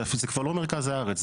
זה כבר לא מרכז הארץ,